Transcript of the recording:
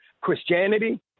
Christianity